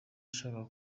ushaka